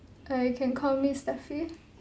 err you can call me stephy